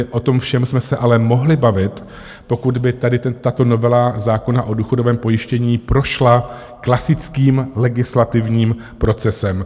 O tom všem jsme se ale mohli bavit, pokud by tady tato novela zákona o důchodovém pojištění prošla klasickým legislativním procesem.